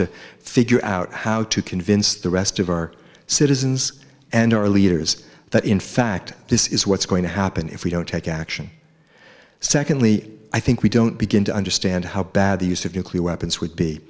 to figure out how to convince the rest of our citizens and our leaders that in fact this is what's going to happen if we don't take action secondly i think we don't begin to understand how bad the use of nuclear weapons would be